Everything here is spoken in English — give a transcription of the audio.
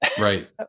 Right